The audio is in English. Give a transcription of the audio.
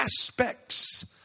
aspects